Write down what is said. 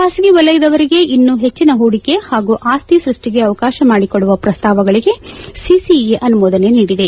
ಬಾಸಗಿ ವಲಯದವರಿಗೆ ಇನ್ನೂ ಹೆಚ್ಚನ ಹೂಡಿಕೆಗೆ ಹಾಗೂ ಆಸ್ತಿ ಸೃಷ್ಟಿಗೆ ಅವಕಾಶ ಮಾಡಿಕೊಡುವ ಪ್ರಸ್ತಾವಗಳಗೆ ಸಿಸಿಇಎ ಅನುಮೋದನೆ ನೀಡಿದೆ